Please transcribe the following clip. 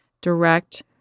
direct